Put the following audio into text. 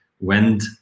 went